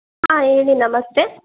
ಹಾಂ ಹೇಳಿ ನಮಸ್ತೆ